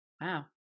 Wow